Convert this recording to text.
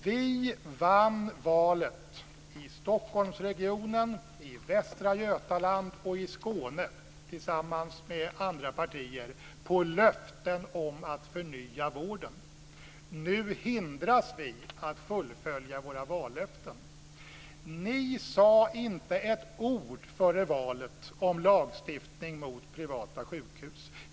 Vi vann valet i Stockholmsregionen, i Västra Götaland och i Skåne, tillsammans med andra partier, på löften om att förnya vården. Nu hindras vi att fullfölja våra vallöften. Ni sade inte ett ord före valet om lagstiftning mot privata sjukhus.